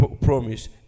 promise